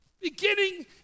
beginning